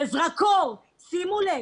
בזרקור: שימו לב,